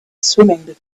swimming